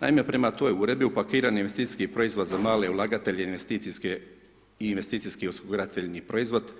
Naime, prema toj uredbi, upakiran je investicijski proizvod i za male ulagatelje i investicijski osigurateljni proizvod,